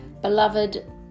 beloved